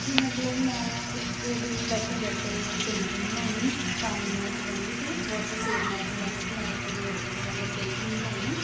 ਕਿ ਮਤਲਬ ਮੈਂ ਇੱਕ ਦਿਨ ਬੈਠੇ ਬੈਠੇ ਪੇਂਟਿੰਗ ਬਣਾਈ ਪਾਣੀ ਨਾਲ ਸੰਬੰਧਿਤ ਵੋਟਰ ਸੇਵ ਨਾਲ ਸੰਬੰਧਿਤ ਮੈਂ ਇੱਕ ਮਤਲਬ ਪੇਂਟਿੰਗ ਬਣਾਈ